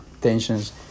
tensions